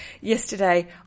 yesterday